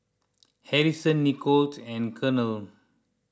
Harrison Nicolette and Colonel